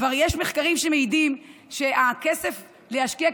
כבר יש מחקרים שמעידים שהכסף כדי להשקיע,